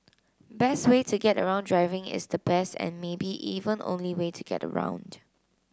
best way to get around Driving is the best and maybe even only way to get around